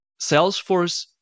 Salesforce